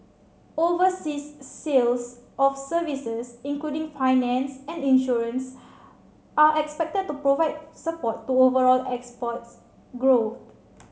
overseas sales of services including finance and insurance are expected to provide support to overall exports growth